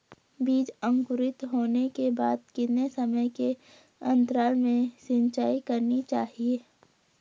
बीज अंकुरित होने के बाद कितने समय के अंतराल में सिंचाई करनी चाहिए?